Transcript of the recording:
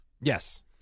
Yes